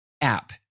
app